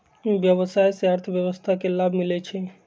व्यवसाय से अर्थव्यवस्था के लाभ मिलइ छइ